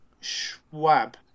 Schwab